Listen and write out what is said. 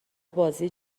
بازی